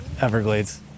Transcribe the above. Everglades